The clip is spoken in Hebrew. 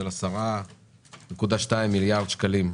של 10.2 מיליארד ₪,